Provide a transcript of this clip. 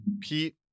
Pete